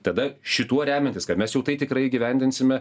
tada šituo remiantis kad mes jau tai tikrai įgyvendinsime